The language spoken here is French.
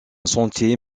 sentier